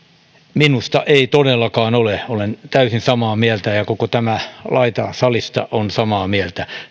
minusta ei todellakaan ole olen täysin samaa mieltä ja ja koko tämä laita salista on samaa mieltä